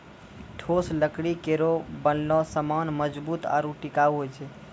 ठोस लकड़ी केरो बनलो सामान मजबूत आरु टिकाऊ होय छै